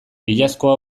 iazkoa